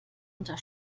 unter